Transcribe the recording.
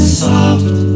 soft